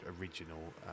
original